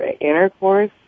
intercourse